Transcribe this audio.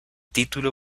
título